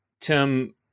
Tim